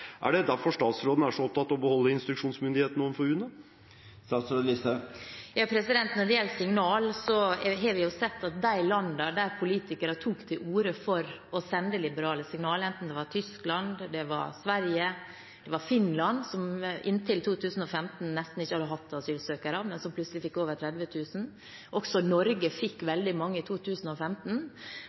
Er det derfor statsråden er så opptatt av å beholde instruksjonsmyndigheten overfor UNE? Når det gjelder signaler, har vi sett land der politikere har tatt til orde for å sende liberale signaler, enten det var Tyskland eller Sverige – eller Finland, som inntil 2015 nesten ikke hadde hatt asylsøkere, men som plutselig fikk over 30 000. Også Norge fikk veldig mange i 2015.